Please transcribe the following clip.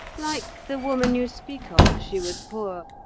like the woman you speak of, she was poor,